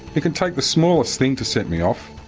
it can take the smallest thing to set me off,